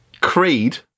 Creed